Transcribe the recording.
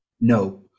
no